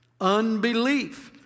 unbelief